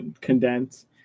condense